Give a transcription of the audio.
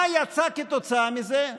מה יצא כתוצאה מזה?